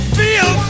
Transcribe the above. feel